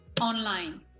online